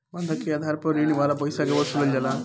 बंधक के आधार पर ऋण वाला पईसा के वसूलल जाला